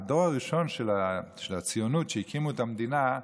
הדור הראשון של הציונות, כשהקימו את המדינה,